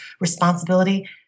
responsibility